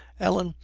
ellen,